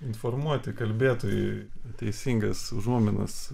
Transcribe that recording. informuoti kalbėtojai teisingas užuominas